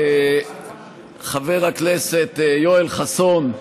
חבר הכנסת יואל חסון,